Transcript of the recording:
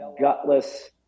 gutless